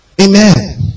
Amen